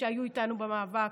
שהיו איתנו במאבק,